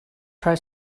try